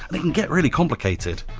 and it can get really complicated.